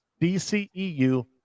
DCEU